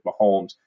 Mahomes